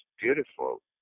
beautiful